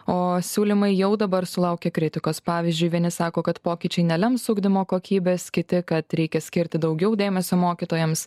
o siūlymai jau dabar sulaukė kritikos pavyzdžiui vieni sako kad pokyčiai nelems ugdymo kokybės kiti kad reikia skirti daugiau dėmesio mokytojams